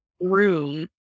room